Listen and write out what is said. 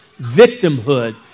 victimhood